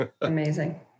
Amazing